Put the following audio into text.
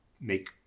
make